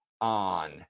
on